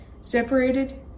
Separated